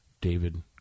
David